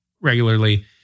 regularly